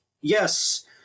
yes